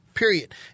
Period